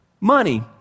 money